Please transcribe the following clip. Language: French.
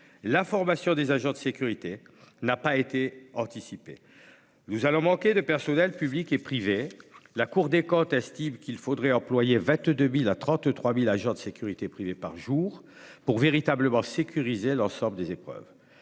la formation des agents de sécurité n'ont pas été anticipés. Nous allons manquer de personnel public et privé. La Cour des comptes estime qu'il faudrait employer entre 22 000 et 33 000 agents de sécurité privée par jour pour véritablement sécuriser l'ensemble des épreuves.